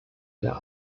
der